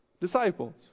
disciples